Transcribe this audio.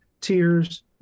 tears